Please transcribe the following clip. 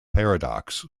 paradox